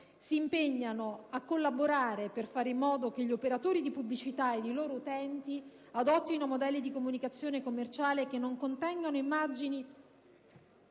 si impegnano a collaborare per fare in modo che gli operatori di pubblicità e i loro utenti adottino modelli di comunicazione commerciale che non contengano immagini